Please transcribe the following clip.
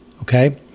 Okay